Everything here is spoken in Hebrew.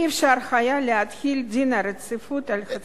לא היה אפשר להחיל דין רציפות על הצעת החוק,